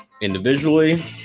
individually